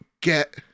get